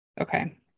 Okay